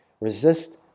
Resist